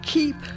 Keep